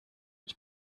ich